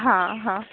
हा हा